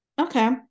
Okay